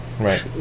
right